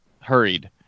hurried